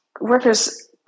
workers